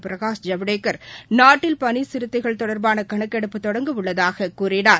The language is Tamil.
பிரகாஷ் ஜவ்டேகர் நாட்டில் பளி சிறுத்தைகள் தொடர்பாள கணக்கெடுப்பு தொடங்க உள்ளதாக கூறினார்